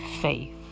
faith